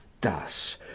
Thus